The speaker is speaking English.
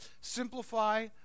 simplify